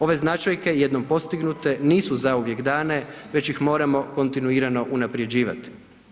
Ove značajke jednom postignute nisu zauvijek dane već ih moramo kontinuirano unaprjeđivati.